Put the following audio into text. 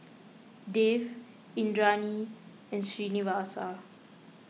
Dev Indranee and Srinivasa